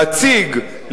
להציג,